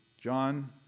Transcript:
John